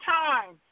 time